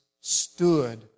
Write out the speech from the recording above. stood